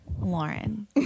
Lauren